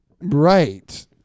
Right